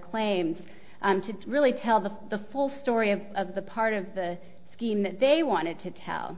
claims to really tell the the full story of of the part of the scheme that they wanted to tell